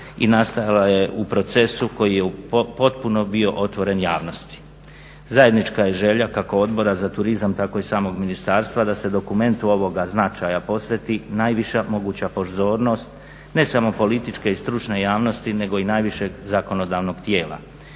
i nastala je u procesu koji je potpuno bio otvoren javnosti. Zajednička je želja kako Odbora za turizam, tako i samog Ministarstva da se dokumentu ovoga značaja posveti najviša moguća pozornost, ne samo političke i stručne javnosti, nego i najvišeg zakonodavnog tijela.